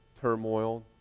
turmoil